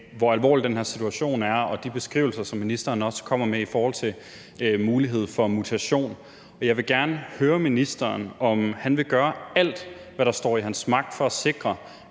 hvor alvorlig den her situation er, herunder de beskrivelser, som ministeren også kommer med i forhold til mulighed for mutation. Jeg vil gerne høre ministeren, om han vil gøre alt, hvad der står i hans magt, for at sikre,